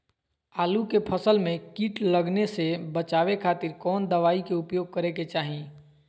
आलू के फसल में कीट लगने से बचावे खातिर कौन दवाई के उपयोग करे के चाही?